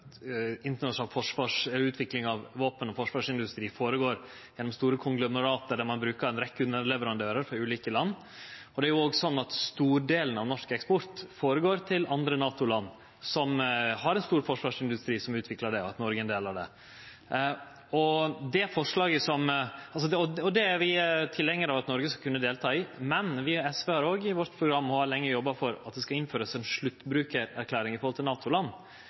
utvikling av våpen- og forsvarsindustri føregår gjennom store konglomeratar der ein brukar ei rekkje underleverandørar frå ulike land. Det er jo òg sånn at stordelen av norsk eksport føregår til andre NATO-land som har ein stor forsvarsindustri, som utviklar det, og Noreg er ein del av det. Og det er vi tilhengjarar av at Noreg skal kunne delta i, men vi i SV har òg i vårt program – og har lenge jobba for – at det skal innførast ein sluttbrukarerklæring i forhold til